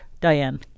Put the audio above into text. Diane